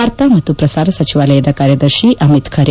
ವಾರ್ತಾ ಮತ್ತು ಪ್ರಸಾರ ಸಚಿವಾಲಯದ ಕಾರ್ಯದರ್ಶಿ ಅಮಿತ್ ಖರೆ